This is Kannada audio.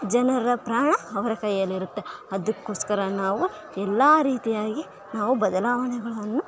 ಜನರ ಪ್ರಾಣ ಅವರ ಕೈಯಲ್ಲಿರುತ್ತೆ ಅದಕ್ಕೋಸ್ಕರ ನಾವು ಎಲ್ಲ ರೀತಿಯಾಗಿ ನಾವು ಬದಲಾವಣೆಗಳನ್ನು